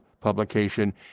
publication